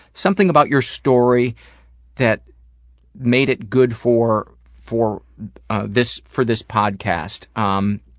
something about your story that made it good for, for this for this podcast. um,